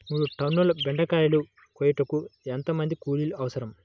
మూడు టన్నుల బెండకాయలు కోయుటకు ఎంత మంది కూలీలు అవసరం?